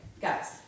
guys